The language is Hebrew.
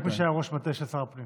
זה רק מי שהיה ראש מטה של שר הפנים.